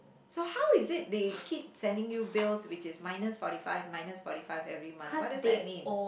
so how is it they keep sending you bills which is minus forty five minus forty five every month what does that mean